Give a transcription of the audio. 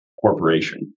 corporation